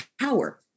power